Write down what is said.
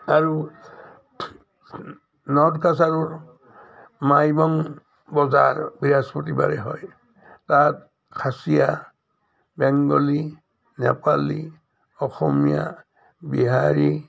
আৰু নৰ্থ কাছাৰৰ মাইবং বজাৰ বৃহস্পতিবাৰে হয় তাত খাছিয়া বেংগলী নেপালী অসমীয়া বিহাৰী